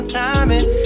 timing